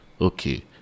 okay